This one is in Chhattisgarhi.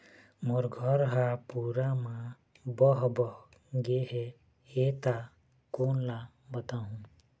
मोर घर हा पूरा मा बह बह गे हे हे ता कोन ला बताहुं?